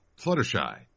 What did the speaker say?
Fluttershy